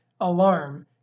alarm